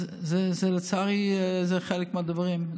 לצערי זה חלק מהדברים.